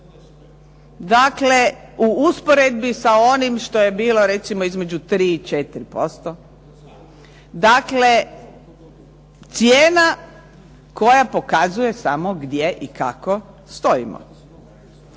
Dakle u usporedbi sa onim što je bilo recimo između 3 i 4%, dakle cijena koja pokazuje samo gdje i kako stojimo.